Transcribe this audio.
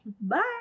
Bye